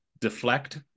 deflect